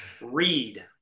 read